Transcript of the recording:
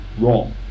wrong